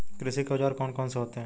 कृषि के औजार कौन कौन से होते हैं?